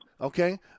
okay